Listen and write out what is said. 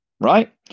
right